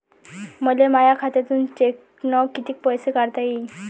मले माया खात्यातून चेकनं कितीक पैसे काढता येईन?